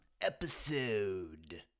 Episode